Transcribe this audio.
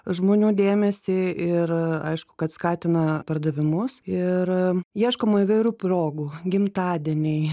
žmonių dėmesį ir aišku kad skatina pardavimus ir ieškoma įvairių progų gimtadieniai